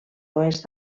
oest